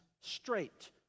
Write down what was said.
straight